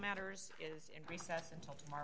matters is in recess until tomorrow